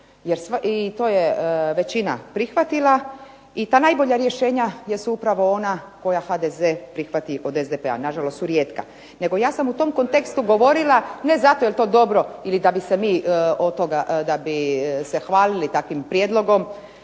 i to je većina prihvatila i ta najbolje rješenja jesu upravo ona koja HDZ prihvati od SDP-a. Na žalost su rijetka. Nego ja sam u tom kontekstu govorila ne zato jel' to dobro ili da bi se mi od toga, da bi se hvalili takvim prijedlogom